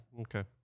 Okay